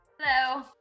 Hello